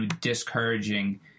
discouraging